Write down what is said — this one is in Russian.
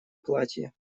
платье